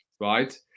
Right